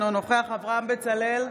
אינו נוכח אברהם בצלאל,